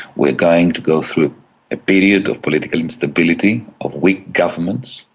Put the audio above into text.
we're going to go through a period of political instability, of weak governments,